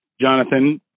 Jonathan